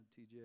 TJ